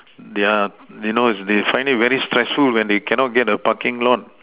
their they know they find it very stressful when they cannot get a parking lot